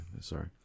Sorry